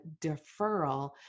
deferral